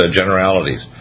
generalities